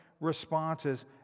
responses